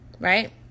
right